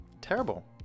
Terrible